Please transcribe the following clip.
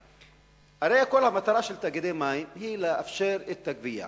הרי כל המטרה של תאגידי מים היא לאפשר את הגבייה.